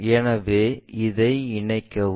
எனவே இதை இணைக்கவும்